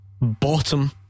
bottom